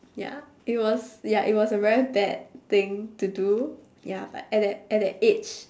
ya it was ya it was a very bad thing to do ya but at that at that age